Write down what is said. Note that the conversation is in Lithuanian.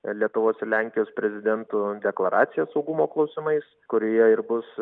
lietuvos ir lenkijos prezidentų deklaracija saugumo klausimais kurioje ir bus